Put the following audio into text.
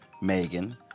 Megan